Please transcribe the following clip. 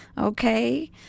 okay